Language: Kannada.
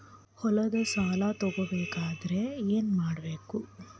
ಹೊಲದ ಸಾಲ ತಗೋಬೇಕಾದ್ರೆ ಏನ್ಮಾಡಬೇಕು?